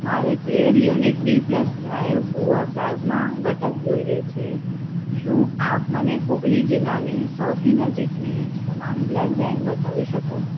મારે તેર unit B plus cryo poor plasma ઘટક જોઈએ છે શું આપ મને હુગલી જિલ્લાની સૌથી નજીકની તમામ બ્લડ બેંક બતાવી શકો